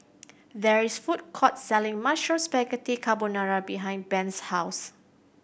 there is a food court selling Mushroom Spaghetti Carbonara behind Brent's house